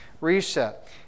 Reset